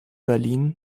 berlin